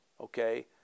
Okay